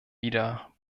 wieder